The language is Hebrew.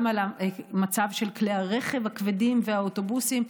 על המצב של כלי הרכב הכבדים והאוטובוסים,